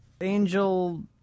Angel